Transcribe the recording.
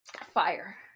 Fire